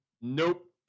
Nope